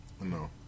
No